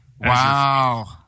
Wow